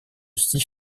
six